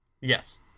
Yes